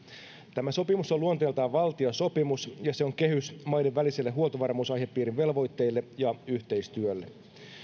tämä sopimus on luonteeltaan valtiosopimus ja se on kehys maiden välisille huoltovarmuusaihepiirin velvoitteille ja yhteistyölle